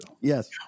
Yes